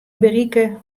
berikke